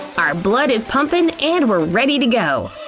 our blood is pumping and we're ready to go.